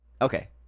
Okay